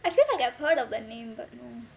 actually I might have heard of the name but no